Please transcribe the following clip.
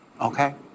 okay